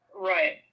Right